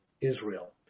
Israel